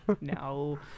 No